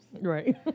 Right